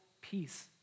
peace